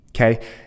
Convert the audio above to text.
Okay